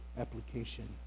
application